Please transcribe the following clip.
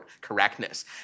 Correctness